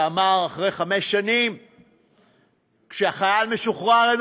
שאמר: אחרי חמש שנים שחייל משוחרר אינו